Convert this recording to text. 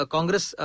Congress